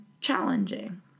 challenging